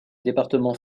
département